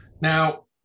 Now